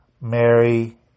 Mary